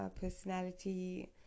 personality